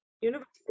University